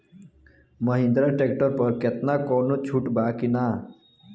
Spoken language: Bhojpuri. महिंद्रा ट्रैक्टर पर केतना कौनो छूट बा कि ना?